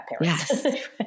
Yes